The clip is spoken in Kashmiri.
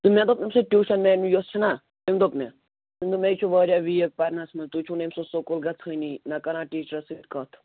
مےٚ دوٚپ أمۍ سٕنٛدِ ٹیٛوٗشَن میٚم یۅس چھَنا تٔمۍ دوٚپ مےٚ تٔمۍ دوٚپ مےٚ یہِ چھُ واریاہ ویٖک پَرنَس مَنٛز تُہۍ چھُو نہٕ أمۍ سُنٛد سکوٗل گَژھٲنی نہَ کَران ٹیٖچرَس سۭتۍ کتھ